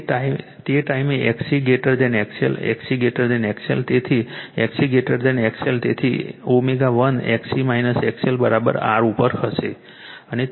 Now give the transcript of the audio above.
તેથી તે ટાઈમે XC XL XC XL તેથી XC XL તેથી ω 1 XC XL R ઉપર હશે